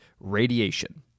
radiation